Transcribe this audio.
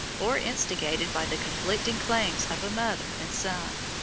or instigated by the conflicting claims of a mother and son.